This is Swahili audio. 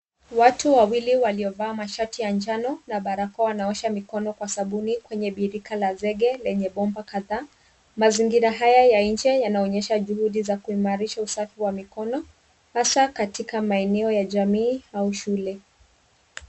Watu wawili waliovaa mashati ya njano na barakoa wanaosha mikono kwa sabuni kwenye birika la zege lenye bomba kadhaa. Mazingira haya ya nje yanaonyesha juhudi za kuimarisha usafi wa mikono hasa katika maeneno ya jamii au shule.